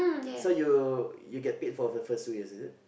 so you you get paid for the first few years is it